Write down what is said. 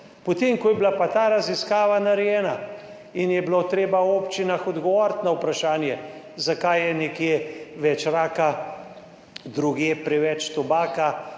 Potem, ko je bila pa ta raziskava narejena in je bilo treba v občinah odgovoriti na vprašanje, zakaj je nekje več raka, drugje preveč tobaka